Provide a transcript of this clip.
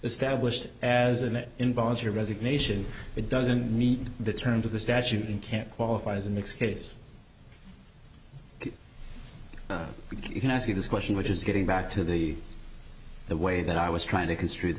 established as an involuntary resignation it doesn't meet the terms of the statute and can't qualify as an excuse you can ask this question which is getting back to the way that i was trying to construe